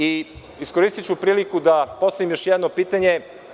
Iskoristiću priliku da postavim još jedno pitanje.